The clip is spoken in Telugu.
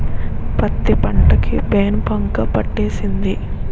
పత్తి పంట కి పేనుబంక పట్టేసింది